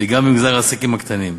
וגם במגזר העסקים הקטנים.